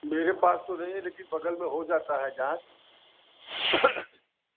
मेरे पास तो नहीं है लेकिन बगल में हो जाता है जाँच